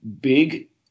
big